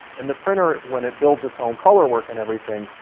and the printer, when it builds its own color work and everything,